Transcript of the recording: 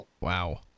Wow